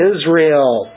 Israel